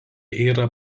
yra